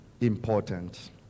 important